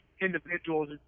individuals